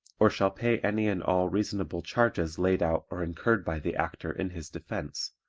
or shall pay any and all reasonable charges laid out or incurred by the actor in his defense,